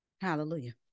Hallelujah